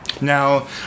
Now